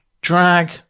drag